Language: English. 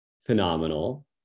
Phenomenal